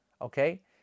okay